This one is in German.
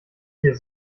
piept